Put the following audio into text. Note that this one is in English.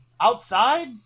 outside